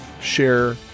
share